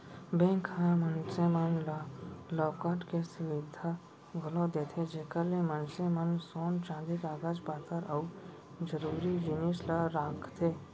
bank ह मनसे मन ला लॉकर के सुबिधा घलौ देथे जेकर ले मनसे मन सोन चांदी कागज पातर अउ जरूरी जिनिस ल राखथें